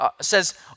says